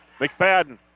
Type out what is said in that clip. McFadden